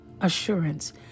assurance